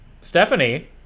Stephanie